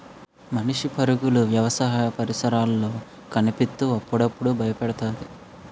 మనిషి పరుగులు వ్యవసాయ పరికరాల్లో కనిపిత్తు అప్పుడప్పుడు బయపెడతాది